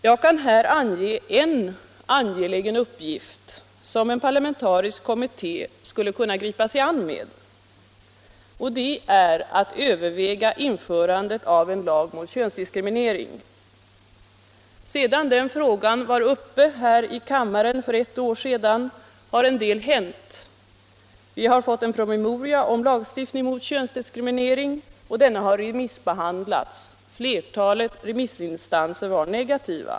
Jag kan här ange en angelägen uppgift, som en parlamentarisk kommitté skulle kunna gripa sig an med, och det är att överväga införandet av en lag mot könsdiskriminering. Sedan den frågan var uppe här i kammaren för ett år sedan har en del hänt. Vi har fått en promemoria om lagstiftning mot könsdiskriminering, och den har remissbehandlats. Flertalet remissinstanser var negativa.